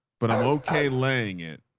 but i'm okay. laying it.